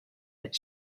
that